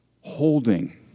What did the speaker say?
holding